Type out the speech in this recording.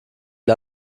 die